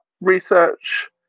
research